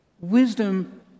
Wisdom